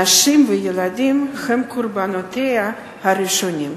נשים וילדים הם קורבנותיה הראשונים.